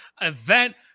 event